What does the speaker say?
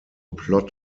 plot